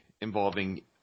involving